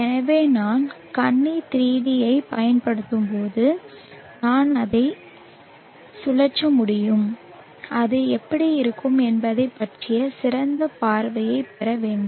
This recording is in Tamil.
எனவே நான் கண்ணி 3D ஐப் பயன்படுத்தும்போது நான் அதை சுழற்ற முடியும் அது எப்படி இருக்கும் என்பதைப் பற்றிய சிறந்த பார்வையைப் பெற வேண்டும்